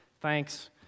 thanks